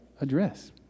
address